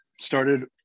started